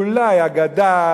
אולי אגדה,